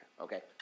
Okay